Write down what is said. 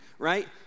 right